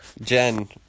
Jen